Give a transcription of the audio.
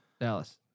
Dallas